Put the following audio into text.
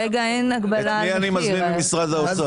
את מי אני מזמין ממשרד האוצר?